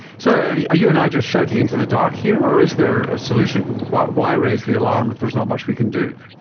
so are you and i just shouting into the dark here or is there a solution? why why raise the alarm if there's not much we can do?